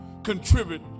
contribute